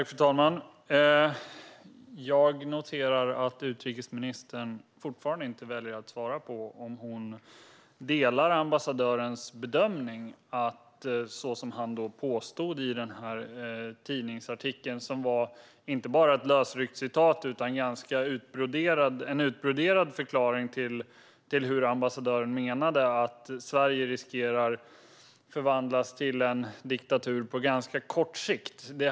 Fru talman! Jag noterar att utrikesministern även fortsättningsvis väljer att inte svara på om hon delar ambassadörens bedömning, som han uttryckte den i tidningsartikeln. Det var inte bara ett lösryckt citat utan en ganska utbroderad förklaring till hur ambassadören menade att Sverige riskerar att förvandlas till en diktatur på ganska kort sikt.